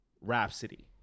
rhapsody